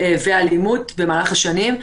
ואלימות במהלך השנים,